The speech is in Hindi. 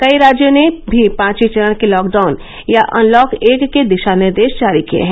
कई राज्यों ने भी पांचवे चरण के लॉकडाउन या अनलॉक एक के दिशा निर्देश जारी किए हैं